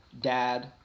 dad